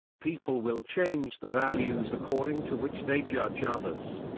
people will change the values according to which they judge others.